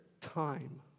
time